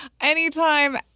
Anytime